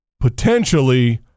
potentially